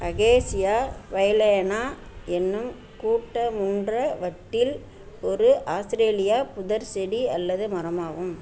acacia baileyana என்னும் கூட்டமுன்ட்ர வட்டில் ஒரு ஆஸ்திரேலிய புதர்ச்செடி அல்லது மரமாகும்